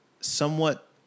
somewhat